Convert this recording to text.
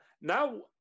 Now